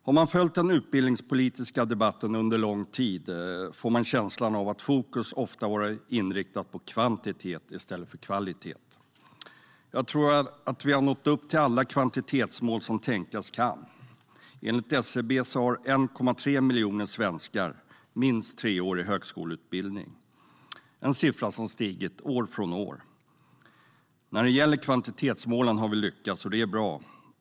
Har man följt den utbildningspolitiska debatten under lång tid får man känslan av att fokus ofta varit inriktat på kvantitet i stället för kvalitet. Jag tror att vi har nått upp till alla kvantitetsmål som tänkas kan. Enligt SCB har 1,3 miljoner svenskar minst treårig högskoleutbildning, en siffra som stigit år från år. När det gäller kvantitetsmålen har vi lyckats, och det är bra.